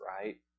right